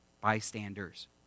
bystanders